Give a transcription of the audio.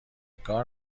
کار